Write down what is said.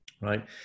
right